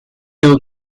two